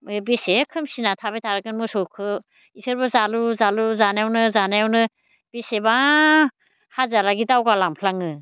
ओमफ्राय बेसे खोमसिना थाबाय थागोन मोसौखौ बिसोरबो जालु जालु जानायावनो जानायावनो बेसेबा हाजोआलागि दावगा लांफ्लाङो